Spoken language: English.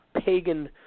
pagan